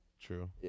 true